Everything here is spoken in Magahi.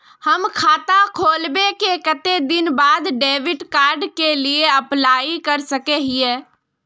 हम खाता खोलबे के कते दिन बाद डेबिड कार्ड के लिए अप्लाई कर सके हिये?